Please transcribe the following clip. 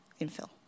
infill